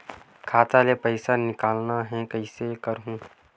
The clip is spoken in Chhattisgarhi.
खाता ले पईसा निकालना हे, कइसे करहूं?